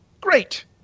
great